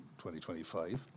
2025